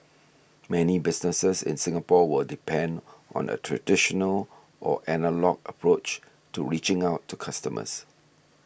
many businesses in Singapore will depend on a traditional or analogue approach to reaching out to customers